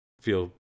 feel